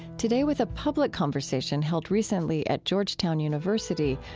today with a public conversation held recently at georgetown university,